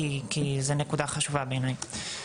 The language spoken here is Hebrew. כי זו נקודה חשובה בעיניי.